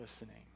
listening